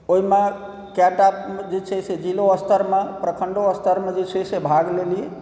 ओहिमे कएकटा जे छै से जिलो स्तरमे प्रखण्डो स्तरमे जे छै से भाग लेलिए